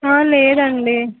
లేదండి